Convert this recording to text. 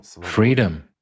Freedom